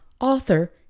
author